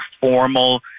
formal